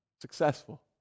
successful